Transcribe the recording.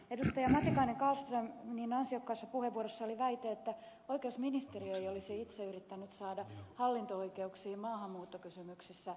matikainen kallströmin muuten niin ansiokkaassa puheenvuorossa oli väite että oikeusministeriö ei olisi itse yrittänyt saada hallinto oikeuksiin maahanmuuttokysymyksissä lisäresursseja